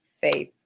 faith